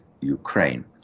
Ukraine